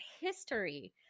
history